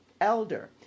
Elder